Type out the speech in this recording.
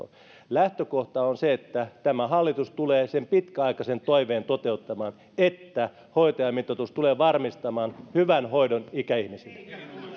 lähtökohta on se että tämä hallitus tulee sen pitkäaikaisen toiveen toteuttamaan että hoitajamitoitus tulee varmistamaan hyvän hoidon ikäihmisille